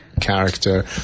character